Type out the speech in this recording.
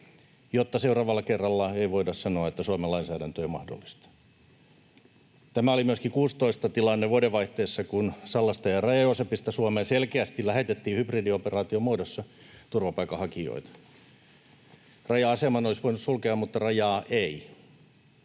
jotta seuraavalla kerralla ei voida sanoa, että Suomen lainsäädäntö ei mahdollista. Tämä oli tilanne myöskin vuodenvaihteessa 16, kun Sallasta ja Raja-Joosepista selkeästi lähetettiin hybridioperaation muodossa Suomeen turvapaikanhakijoita. Raja-aseman olisi voinut sulkea mutta rajaa ei.